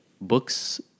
books